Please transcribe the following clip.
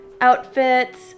outfits